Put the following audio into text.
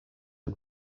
and